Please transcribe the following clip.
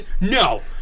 No